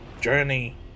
journey